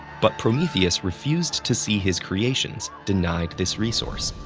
but prometheus refused to see his creations denied this resource.